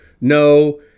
no